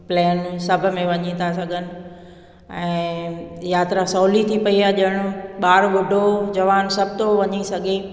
plain सभु में वञी था सघनि ऐं यात्रा सहुली थी पई आहे ॼणो ॿार ॿुढो जवान सभु थो वञी सघे